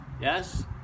yes